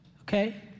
Okay